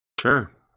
Sure